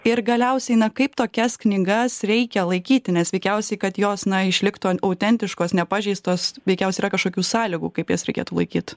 ir galiausiai na kaip tokias knygas reikia laikyti nes veikiausiai kad jos na išliktų autentiškos nepažeistos veikiausiai yra kažkokių sąlygų kaip jas reikėtų laikyt